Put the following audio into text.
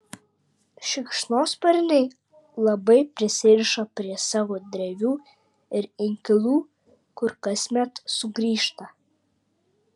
šikšnosparniai labai prisiriša prie savo drevių ir inkilų kur kasmet sugrįžta